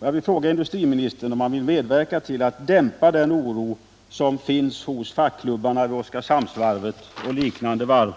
Vill industriministern medverka till att dimpa den oro som finns hos fackklubbarna vid Oskarshamnsvarvet och liknande varv?